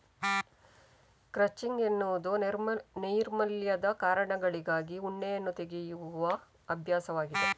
crutching ಎನ್ನುವುದು ನೈರ್ಮಲ್ಯದ ಕಾರಣಗಳಿಗಾಗಿ ಉಣ್ಣೆಯನ್ನು ತೆಗೆಯುವ ಅಭ್ಯಾಸವಾಗಿದೆ